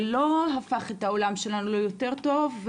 זה לא הפך את העולם שלנו ליותר טוב.